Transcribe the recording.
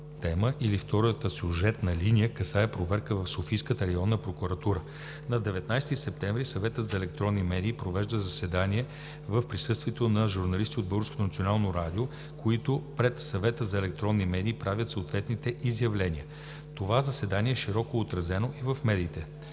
тема или втората сюжетна линия касае проверка в Софийската районна прокуратура. На 19 септември Съветът за електронни медии провежда заседание в присъствието на журналисти от Българското национално радио, които пред Съвета за електронни медии правят съответните изявления. Това заседание е широко отразено и в медиите.